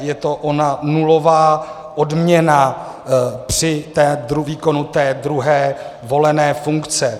Je to ona nulová odměna při výkonu té druhé volené funkce.